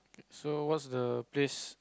so what's the place